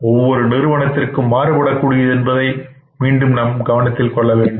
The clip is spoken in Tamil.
ஒவ்வொரு நிறுவனத்திற்கும் மாறுபடக் கூடியது என்பதை நாம் கவனத்தில் கொள்ள வேண்டும்